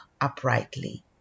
uprightly